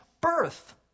birth